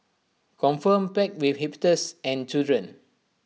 confirm packed with hipsters and children